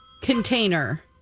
container